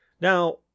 Now